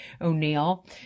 O'Neill